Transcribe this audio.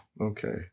okay